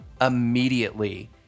immediately